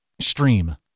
Stream